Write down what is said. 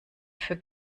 für